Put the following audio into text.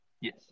Yes